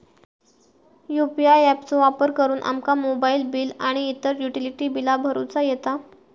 UPI app चो वापर करुन आमका मोबाईल बिल आणि इतर युटिलिटी बिला भरुचा येता